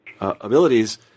abilities